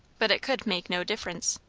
but it could make no difference.